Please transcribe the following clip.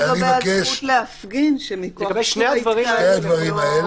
וגם לגבי הזכות להפגין שמכוח איסור ההתקהלות לא תתקיים.